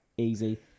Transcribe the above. easy